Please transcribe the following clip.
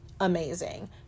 amazing